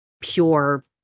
pure